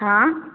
हाँ